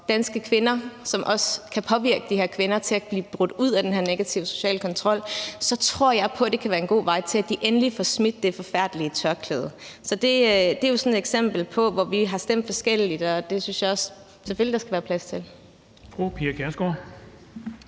danske kvinder, som også kan påvirke de her kvinder til at blive brudt ud af den her negative sociale kontrol, så tror jeg på, at det kan være en god vej, i forhold til at de endelig får smidt det forfærdelige tørklæde. Så det er jo sådan et eksempel på noget, hvor vi har stemt forskelligt, og det synes jeg også der selvfølgelig skal være plads til. Kl.